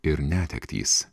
ir netektys